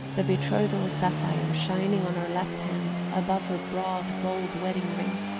the betrothal sapphire shining on her left hand above her broad gold wedding-ring,